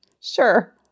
Sure